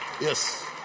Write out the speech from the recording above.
yes